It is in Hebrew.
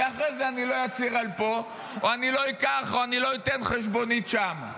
ואחרי זה אני לא אצהיר על פה או אני לא אתן חשבונית שם.